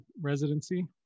residency